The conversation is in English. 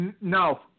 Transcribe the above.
no